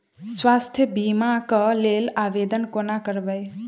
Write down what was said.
स्वास्थ्य बीमा कऽ लेल आवेदन कोना करबै?